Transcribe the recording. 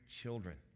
children